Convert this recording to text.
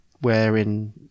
wherein